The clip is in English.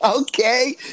Okay